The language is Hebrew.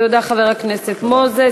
תודה, חבר הכנסת מוזס.